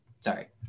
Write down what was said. sorry